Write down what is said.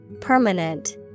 Permanent